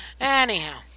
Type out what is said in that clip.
Anyhow